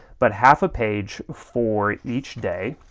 but half a page for each day.